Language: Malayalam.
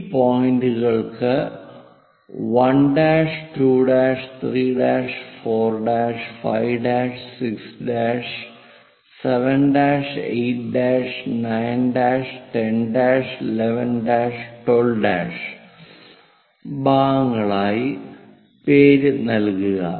ഈ പോയിന്റുകൾക്ക് 1 '2' 3 '4' 5 6 7 8 9 10 11 12 ഭാഗങ്ങളായി പേര് നൽകുക